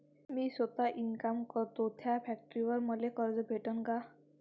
मी सौता इनकाम करतो थ्या फॅक्टरीवर मले कर्ज भेटन का?